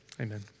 amen